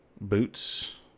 boots